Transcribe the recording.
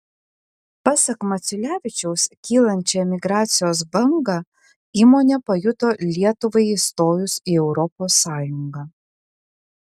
pasak maculevičiaus kylančią emigracijos bangą įmonė pajuto lietuvai įstojus į europos sąjungą